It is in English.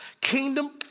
kingdom